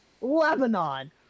Lebanon